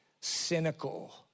cynical